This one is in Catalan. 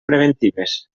preventives